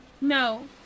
No